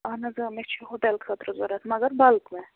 اہن جظ مےٚ چھُ یہِ ہوٹل خٲطرٕ ضوٚرتھ مگر بلٕک میں